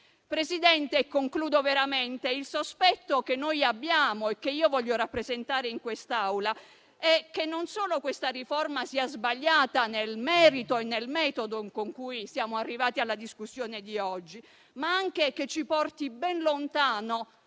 veramente alla conclusione, il sospetto che noi abbiamo e che io desidero rappresentare in quest'Aula è che non solo questa riforma sia sbagliata nel merito e nel metodo con cui siamo arrivati alla discussione di oggi, ma anche che ci porti ben lontano